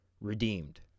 redeemed